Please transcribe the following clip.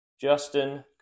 Justin